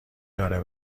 داره